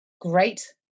Great